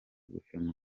guhumeka